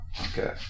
okay